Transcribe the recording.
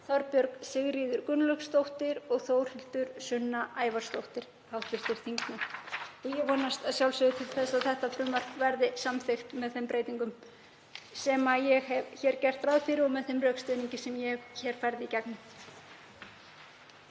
Þorbjörg Sigríður Gunnlaugsdóttir og Þórhildur Sunna Ævarsdóttir. Ég vonast að sjálfsögðu til að þetta frumvarp verði samþykkt með þeim breytingum sem ég hef gert hér grein fyrir og með þeim rökstuðningi sem ég hef farið í gegnum.